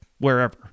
wherever